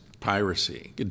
Piracy